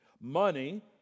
Money